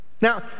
Now